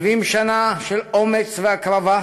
70 שנה של אומץ והקרבה,